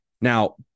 Now